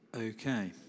Okay